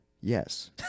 Yes